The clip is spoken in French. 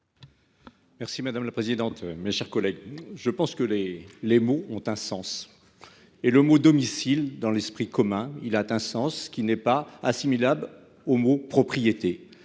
Merci madame la présidente. Mes chers collègues, je pense que les, les mots ont un sens. Et le mot domicile dans l'esprit commun il atteint 100, ce qui n'est pas assimilable au propriété